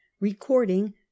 recording